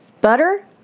butter